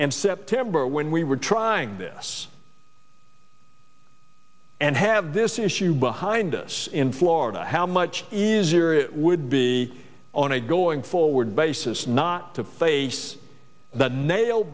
and september when we were trying this and have this issue behind us in florida how much easier it would be on a going forward basis not to face that nail